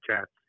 chats